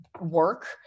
work